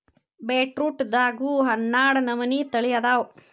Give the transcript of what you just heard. ಬೇಟ್ರೂಟದಾಗು ಹನ್ನಾಡ ನಮನಿ ತಳಿ ಅದಾವ